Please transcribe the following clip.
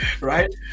Right